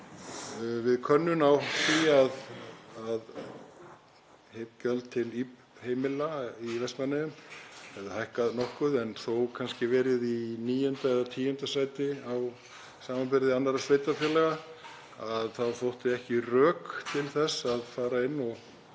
Við könnun á því að gjöld til heimila í Vestmannaeyjum hefðu hækkað nokkuð en þó kannski verið í níunda eða tíunda sæti í samanburði annarra sveitarfélaga þá þóttu ekki rök til þess að fara inn og